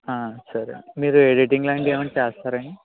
సరే మీరు ఎడిటింగ్ లాంటివి ఏమైన చేస్తారా